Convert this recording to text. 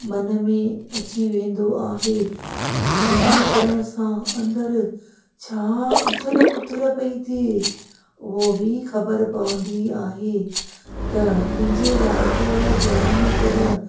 मन में अची वेंदो आहे ध्यानु करण सां अंदरि छा उथल पुथल पई थिए उहो बि ख़बर पवंदी आहे त मुंहिंजे लाइ त ध्यानु करणु